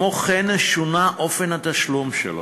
כמו כן, שונה אופן התשלום שלו.